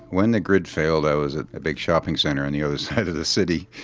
when the grid failed i was in a big shopping centre on the other side of the city,